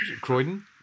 Croydon